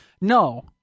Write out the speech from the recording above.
No